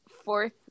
fourth